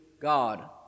God